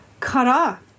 kara